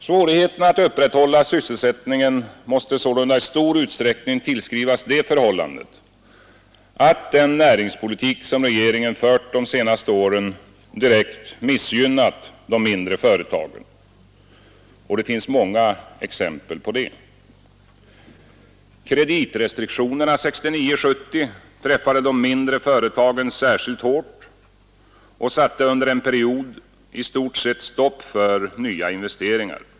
Svårigheterna att upprätthålla sysselsättningen måste 4 juni 1973 sålunda i stor utsträckning tillskrivas det förhållandet, att den närings — Den ekonomiska politik som regeringen fört de senaste åren direkt missgynnat de mindre Eg politiken m.m. Det finns många exempel på detta. Kreditrestriktionerna 1969-1970 träffade de mindre företagen särskilt hårt och satte under en period i stort sett stopp för nya investeringar.